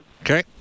Okay